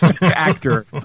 actor